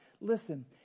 listen